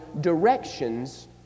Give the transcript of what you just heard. directions